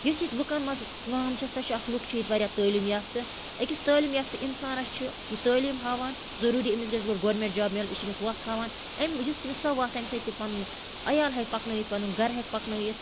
یُس ییٚتہِ لُکَن منٛز کٲم چھِ سۄ چھِ اَکھ لُکھ چھِ ییٚتہِ واریاہ تعلیٖم یافتہٕ أکِس تعلیٖم یافتہٕ اِنسانَس چھُ یہِ تعلیٖم ہاوان ضٔروٗری أمِس گژھِ گۄڈٕ گورمٮ۪نٛٹ جاب یہِ چھِ أمِس وَتھ ہاوان أمۍ موٗجوٗب وَتھ ییٚمۍ سۭتۍ یہِ پَنُن عیال ہٮ۪کہِ پَکنٲیِتھ پَنُن گَرٕ ہٮ۪کہِ پَکنٲیِتھ